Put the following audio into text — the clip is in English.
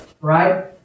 Right